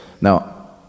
now